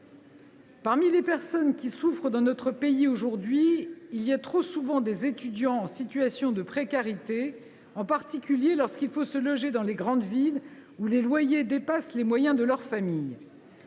Parmi les personnes qui souffrent dans notre pays aujourd’hui, on compte trop souvent des étudiants en situation de précarité, en particulier lorsqu’il faut se loger dans les grandes villes où les loyers dépassent les moyens de leurs familles.